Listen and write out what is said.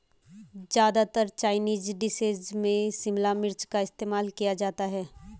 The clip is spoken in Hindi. ज्यादातर चाइनीज डिशेज में शिमला मिर्च का इस्तेमाल किया जाता है